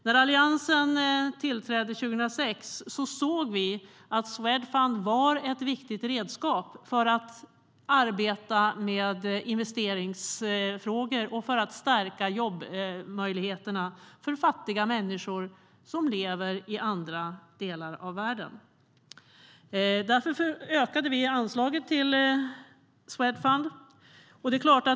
När Alliansen tillträdde 2006 såg vi att Swedfund var ett viktigt redskap för att arbeta med investeringsfrågor och stärka jobbmöjligheterna för fattiga människor som lever i andra delar av världen. Därför ökade vi anslaget till Swedfund.